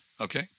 okay